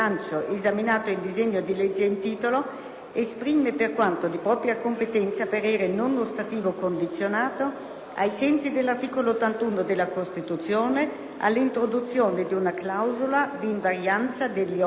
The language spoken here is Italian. esprime, per quanto di propria competenza, parere non ostativo condizionato, ai sensi dell'articolo 81 della Costituzione, all'introduzione di una clausola di invarianza degli oneri nell'articolo 1,